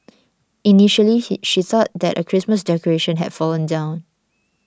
initially he she thought that a Christmas decoration had fallen down